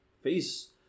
face